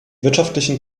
wirtschaftlichen